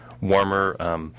warmer